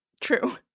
True